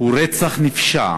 הוא רצח נפשע